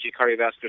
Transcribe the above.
cardiovascular